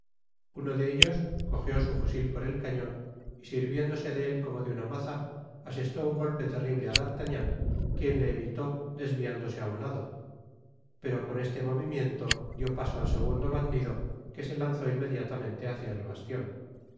uno de ellos cogió su fusil por el cañon y sirviéndose de él como de una maza asestó un golpe terrible a d'artagnan quien le evitó des viándose á un lado pero con este movimiento dió paso al segundo bandido que se lanzó inmediatamente hacia el bastion